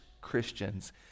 Christians